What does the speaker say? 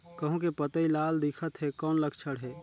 गहूं के पतई लाल दिखत हे कौन लक्षण हे?